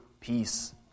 peace